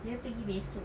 dia pergi besok